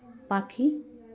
ᱯᱟᱠᱷᱤ